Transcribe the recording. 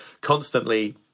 constantly